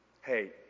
Hey